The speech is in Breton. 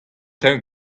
traoù